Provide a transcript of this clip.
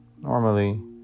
Normally